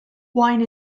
wine